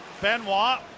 Benoit